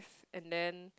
and then